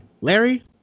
Larry